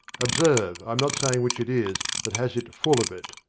observe, i am not saying which it is that has it full of it.